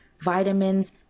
vitamins